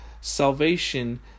salvation